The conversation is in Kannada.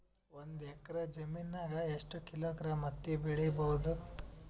ಒಂದ್ ಎಕ್ಕರ ಜಮೀನಗ ಎಷ್ಟು ಕಿಲೋಗ್ರಾಂ ಹತ್ತಿ ಬೆಳಿ ಬಹುದು?